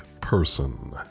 Person